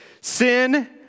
Sin